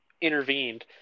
intervened